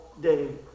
day